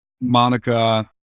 monica